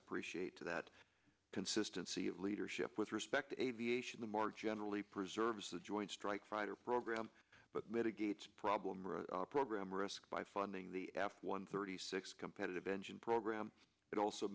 appreciate that consistency of leadership with respect to aviation the more generally preserves the joint strike fighter program but mitigates problem or program risk by funding the f one thirty six competitive engine program but also